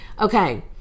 Okay